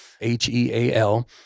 H-E-A-L